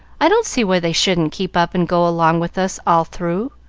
i don't see why they shouldn't keep up and go along with us all through.